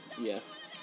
Yes